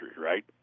right